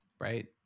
right